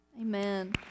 Amen